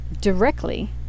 directly